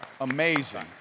amazing